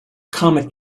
comet